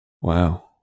Wow